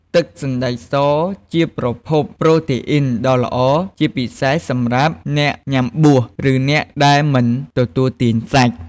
ទឹកសណ្តែកសជាប្រភពប្រូតេអុីនដ៏ល្អ ជាពិសេសសម្រាប់អ្នកញុំាបួស ឬអ្នកដែលមិនទទួលទានសាច់។